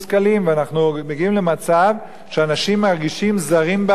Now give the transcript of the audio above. ואנחנו מגיעים למצב שאנשים מרגישים זרים בארצם.